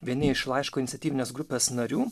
vieni iš laiško iniciatyvinės grupės narių